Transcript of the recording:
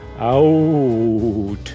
out